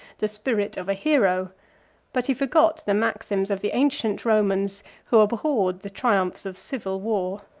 the spirit of a hero but he forgot the maxims of the ancient romans, who abhorred the triumphs of civil war.